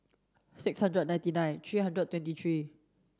six hundred ninety nine three hundred twenty three